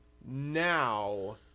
now